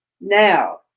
Now